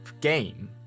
game